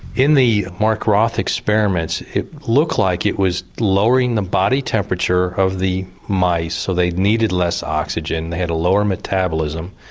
in the mark roth experiments it looked like it was lowering the body temperature of the mice so they needed less oxygen, they had a lower metabolism,